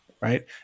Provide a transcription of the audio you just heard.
right